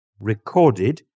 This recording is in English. recorded